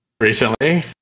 recently